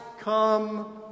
come